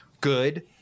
good